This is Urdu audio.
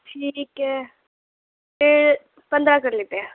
ٹھیک ہے پھر پندرہ کر لیتے ہیں